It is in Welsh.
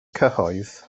cyhoedd